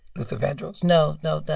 luther vandross? no. no. the.